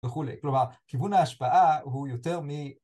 וכולי. כלומר, כיוון ההשפעה הוא יותר מ...